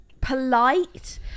polite